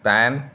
PAN